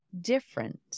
different